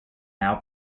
now